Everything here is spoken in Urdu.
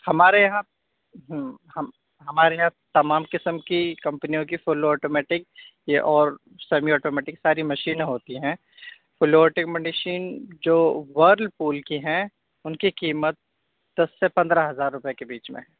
ہمارے یہاں ہم ہمارے یہاں تمام قسم کی کمپنیوں کی فل آٹومیٹک یا اور سیمی آٹومیٹک ساری مشینیں ہوتی ہیں فل آٹکمی نشین جو ورلپول کی ہیں ان کی قیمت دس سے پندرہ ہزار روپے کے بیچ میں ہے